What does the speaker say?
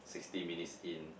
sixty minutes in